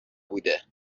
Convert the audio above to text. بوده